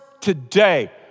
today